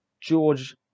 George